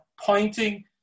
pointing